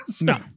No